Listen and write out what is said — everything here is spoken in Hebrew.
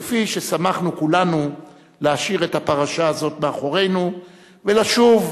כפי ששמחנו כולנו להשאיר את הפרשה הזאת מאחורינו ולשוב,